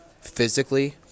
physically